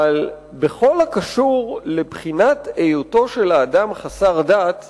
אבל בכל הקשור לבחינת היותו של האדם חסר דת זה,